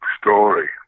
Story